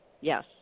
Yes